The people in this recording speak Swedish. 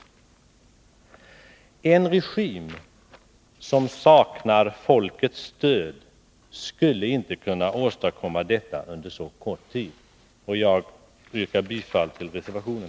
En regim som saknar folkets stöd skulle inte kunna åstadkomma detta under så kort tid. Jag yrkar, herr talman, bifall till reservationen.